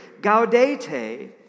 Gaudete